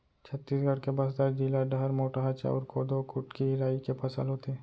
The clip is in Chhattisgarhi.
छत्तीसगढ़ के बस्तर जिला डहर मोटहा चाँउर, कोदो, कुटकी, राई के फसल होथे